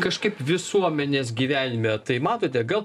kažkaip visuomenės gyvenime tai matote gal